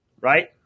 Right